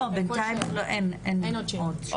לא, בינתיים אין עוד שאלות.